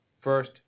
First